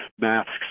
masks